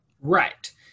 Right